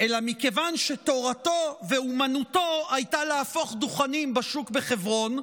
אלא מכיוון שתורתו ואומנותו היו להפוך דוכנים בשוק בחברון,